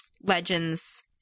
legends